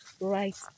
right